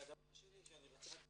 דבר שני שאני רוצה להגיד,